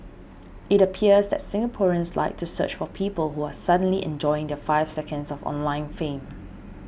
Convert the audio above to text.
it appears that Singaporeans like to search for people who are suddenly enjoying their five seconds of online fame